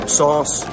sauce